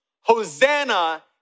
Hosanna